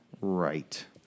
right